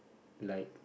like